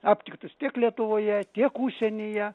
aptiktus tiek lietuvoje tiek užsienyje